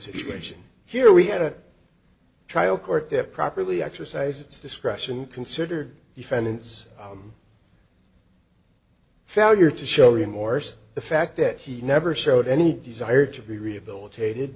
situation here we had a trial court that properly exercised its discretion considered defendant's failure to show the morse the fact that he never showed any desire to be rehabilitated